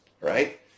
right